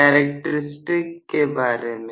character stick के बारे में